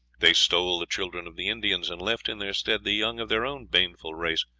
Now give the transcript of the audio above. they stole the children of the indians, and left in their stead the young of their own baneful race,